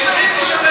מה זה משנה?